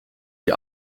die